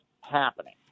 happening